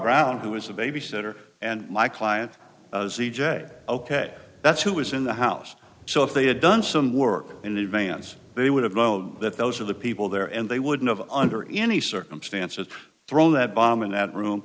around who is a babysitter and my client c j ok that's who was in the house so if they had done some work in advance they would have known that those of the people there and they wouldn't have under any circumstances thrown that bomb in that room